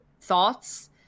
thoughts